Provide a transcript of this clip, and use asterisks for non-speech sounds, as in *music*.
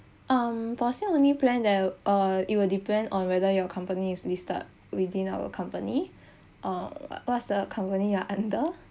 um for sale only plan that uh it will depend on whether your company is listed within our company *breath* uh what's the company you're under